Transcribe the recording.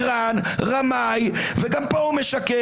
האיש שקרן, רמאי, וגם פה הוא משקר.